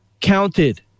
counted